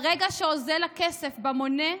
ברגע שאוזל הכסף במונה,